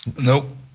Nope